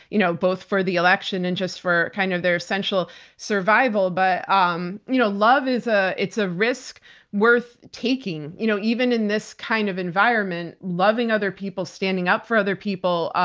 you know both for the election and just for kind of their essential survival. but um you know love is ah a ah risk worth taking. you know even in this kind of environment, loving other people, standing up for other people,